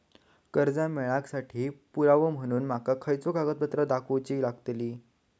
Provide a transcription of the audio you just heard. कर्जा मेळाक साठी पुरावो म्हणून माका खयचो कागदपत्र दाखवुची लागतली?